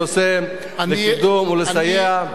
לקידום ולסייע.